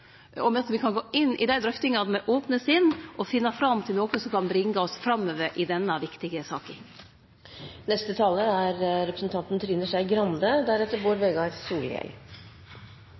at me kan gå inn i dei drøftingane med opne sinn og finne fram til noko som kan bringe oss framover i denne viktige saka.